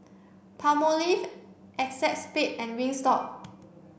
Palmolive ACEXSPADE and Wingstop